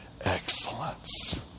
excellence